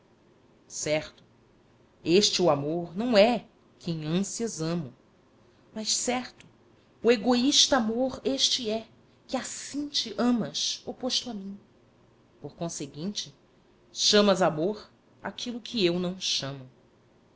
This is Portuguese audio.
certo este o amor não é que em ânsias amo mas certo o egoísta amor este é que acinte amas oposto a mim por conseguinte chamas amor aquilo que eu não chamo